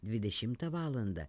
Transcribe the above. dvidešimtą valandą